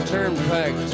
Turnpike